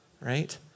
right